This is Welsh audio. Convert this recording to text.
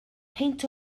peint